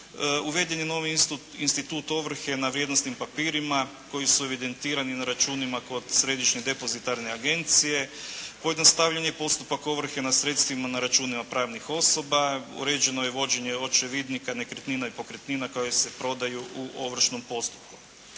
uveden je novi institut ovrhe na vrijednosnim papirima koji su evidentirani na računima kod Središnje depozitarne agencije, pojednostavljen je postupak ovrhe na sredstvima na računima pravnih osoba, uređeno je vođenje očevidnika nekretnina i pokretnina koje se prodaju u ovršnom postupku.